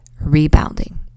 rebounding